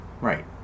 right